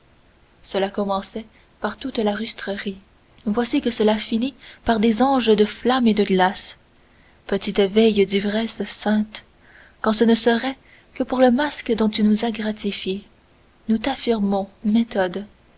cela commençait par toute la rustrerie voici que cela finit par des anges de flamme et de glace petite veille d'ivresse sainte quand ce ne serait que pour le masque dont tu nous as gratifié nous t'affirmons méthode